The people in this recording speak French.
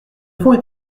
fonds